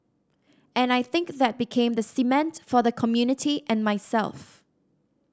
and I think that became the cement for the community and myself